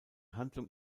handlung